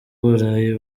uburayi